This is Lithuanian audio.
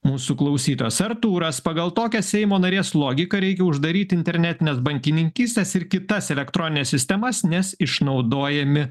mūsų klausytojas artūras pagal tokią seimo narės logiką reikia uždaryti internetinės bankininkystės ir kitas elektronines sistemas nes išnaudojami